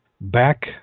back